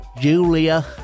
Julia